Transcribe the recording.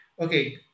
okay